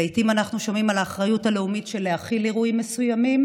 לעיתים אנחנו שומעים על האחריות הלאומית להכיל אירועים מסוימים